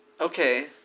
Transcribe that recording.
okay